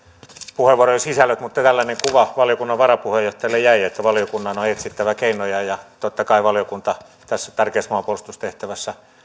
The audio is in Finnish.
puheenvuorojen sisällöt mutta tällainen kuva valiokunnan varapuheenjohtajalle jäi että valiokunnan on etsittävä keinoja ja totta kai valiokunta tässä tärkeässä maanpuolustustehtävässä